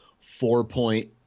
four-point